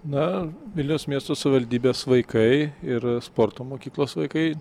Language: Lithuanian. na vilniaus miesto savivaldybės vaikai ir sporto mokyklos vaikai